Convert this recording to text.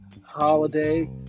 holiday